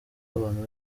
abantu